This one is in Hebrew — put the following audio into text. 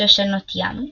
שושנות ים.